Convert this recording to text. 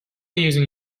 using